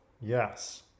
yes